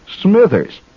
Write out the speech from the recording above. Smithers